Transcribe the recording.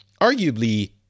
arguably